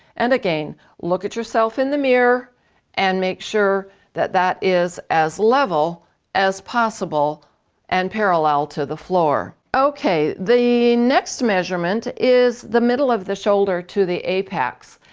and again look at yourself in the mirror and make sure that that is as level as possible and parallel to the floor. okay, the next measurement is the middle of the shoulder to the apex.